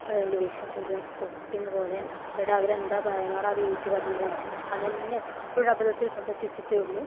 അതുകണ്ടു വിശ്വസിക്കും പൊട്ടീനെപ്പോലെ എന്നിട്ട് അവരെന്താണ് പറയണത് അതേറ്റുപറഞ്ഞോണ്ടിരിക്കും അതുതന്നെ എപ്പോഴും അബദ്ധത്തിൽ കൊണ്ടെത്തിച്ചിട്ടേ ഉള്ളു